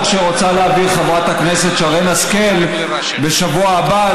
שרוצה להעביר חברת הכנסת שרן השכל בשבוע הבא,